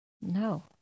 No